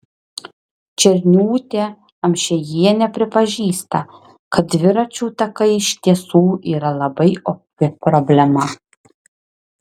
černiūtė amšiejienė pripažįsta kad dviračių takai iš tiesų yra labai opi problema